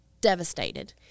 devastated